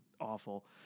awful